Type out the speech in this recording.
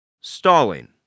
stalling